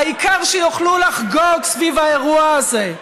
העיקר שיוכלו לחגוג סביב האירוע הזה.